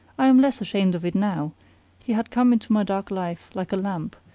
i am less ashamed of it now he had come into my dark life like a lamp,